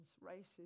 races